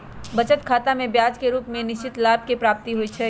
बचत खतामें ब्याज के रूप में निश्चित लाभ के प्राप्ति होइ छइ